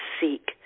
seek